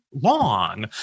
long